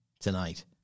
tonight